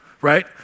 right